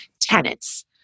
tenants